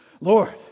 Lord